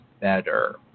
better